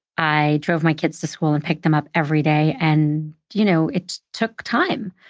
i drove my kids to school and picked them up every day. and, you know, it took time.